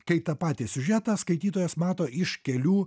kai tą patį siužetą skaitytojas mato iš kelių